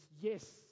Yes